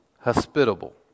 hospitable